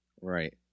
Right